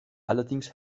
allerdings